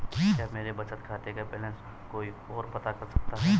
क्या मेरे बचत खाते का बैलेंस कोई ओर पता कर सकता है?